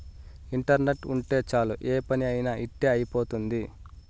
internet ఉంటే చాలు ఏ పని అయినా ఇట్టి అయిపోతుంది